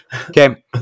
Okay